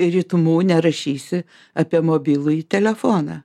ritmu nerašysi apie mobilųjį telefoną